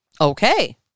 Okay